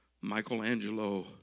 Michelangelo